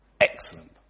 Excellent